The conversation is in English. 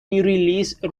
release